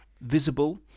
visible